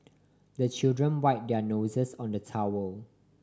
the children wipe their noses on the towel